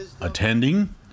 attending